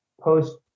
post